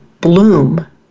bloom